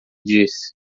disse